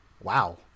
Wow